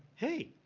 hey,